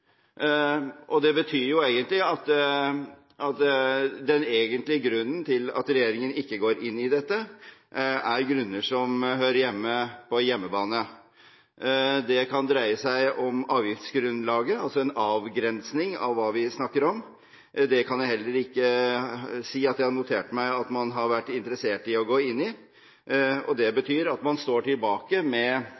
og det betyr jo at den egentlige grunnen til at regjeringen ikke går inn i dette, er grunner som hører til på hjemmebane. Det kan dreie seg om avgiftsgrunnlaget, altså en avgrensning av hva vi snakker om. Det kan jeg heller ikke si at jeg har notert meg at man har vært interessert i å gå inn i, og det